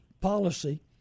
policy